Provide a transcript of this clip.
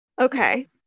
Okay